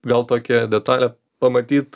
gal tokią detalę pamatyti